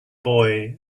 boy